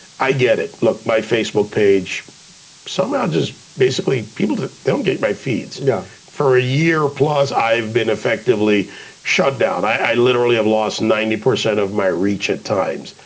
i get it. look, my facebook page somehow just basically, people don't get my feeds yeah for a year plus. i've been effectively shut down. i literally have lost ninety percent of my reach at times.